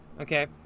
Okay